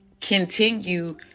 continue